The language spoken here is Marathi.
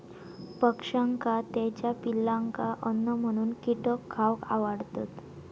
पक्ष्यांका त्याच्या पिलांका अन्न म्हणून कीटक खावक आवडतत